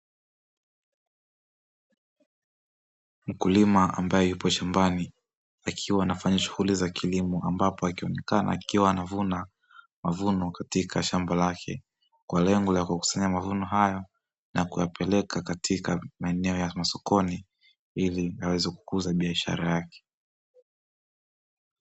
Mkulima ambaye yupo shambani akiwa anafanya shughuli za kilimo, ambapo akionekana akiwa anavuna mavuno katika shamba lake kwa lengo la kukusanya mavuno hayo na kuyapeleka katika maeneo ya sokoni, ili aweze kukuza biashara yake.